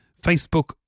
Facebook